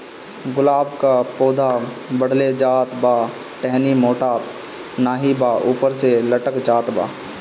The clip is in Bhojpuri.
गुलाब क पौधा बढ़ले जात बा टहनी मोटात नाहीं बा ऊपर से लटक जात बा?